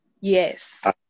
Yes